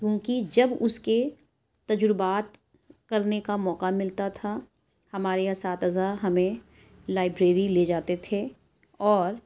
کیوں کہ جب اس کے تجربات کرنے کا موقع ملتا تھا ہمارے اساتذہ ہمیں لائبریری لے جاتے تھے اور